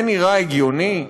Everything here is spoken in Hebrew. זה נראה הגיוני?